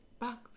back